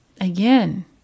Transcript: Again